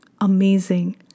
amazing